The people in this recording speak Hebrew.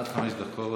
עד חמש דקות,